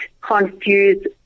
confused